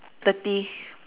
thirty